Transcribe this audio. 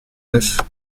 neuf